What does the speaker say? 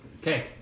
Okay